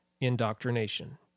indoctrination